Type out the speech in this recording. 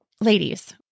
ladies